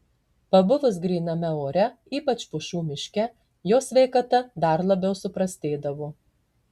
pabuvus gryname ore ypač pušų miške jo sveikata dar labiau suprastėdavo